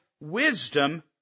wisdom